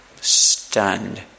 stunned